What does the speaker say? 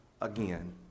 again